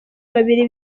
babiri